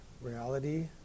Reality